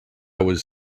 was